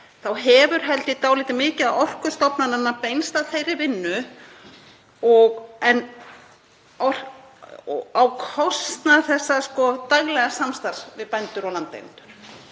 þá hefur held ég dálítið mikið af orku stofnananna beinst að þeirri vinnu á kostnað þessa daglega samstarfs við bændur og landeigendur.